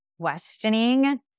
questioning